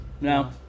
No